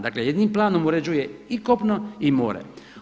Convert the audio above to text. Dakle, jednim planom uređuje i kopno i more.